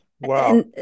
Wow